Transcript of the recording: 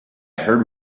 heard